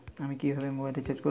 আমি কিভাবে mobile recharge করব?